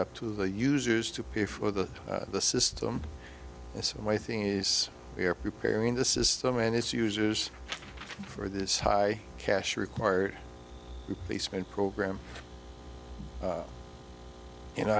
up to the users to pay for the the system and so my thing is we're preparing the system and its users for this high cash required they spend program you know